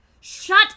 Shut